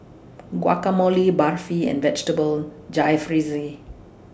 Guacamole Barfi and Vegetable Jalfrezi